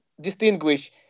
distinguish